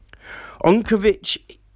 Onkovic